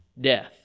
death